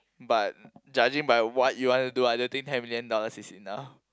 but judging by what you want to do I don't think ten million dollars is enough